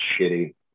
shitty